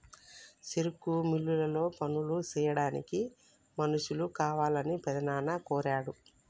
సెరుకు మిల్లులో పనులు సెయ్యాడానికి మనుషులు కావాలని పెద్దనాన్న కోరాడు